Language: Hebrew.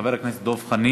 חבר הכנסת דב חנין,